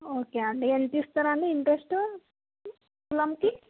okay అండి ఎంత ఇస్తారండి ఇంట్రెస్ట్ తులంకి